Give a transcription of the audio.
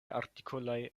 artikoloj